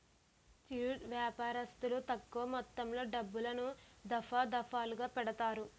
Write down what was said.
చిరు వ్యాపారస్తులు తక్కువ మొత్తంలో డబ్బులను, దఫాదఫాలుగా పెడతారు